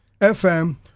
FM